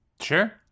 Sure